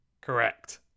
Correct